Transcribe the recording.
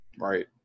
Right